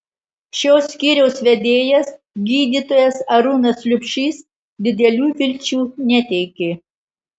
šio skyriaus vedėjas gydytojas arūnas liubšys didelių vilčių neteikė